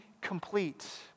complete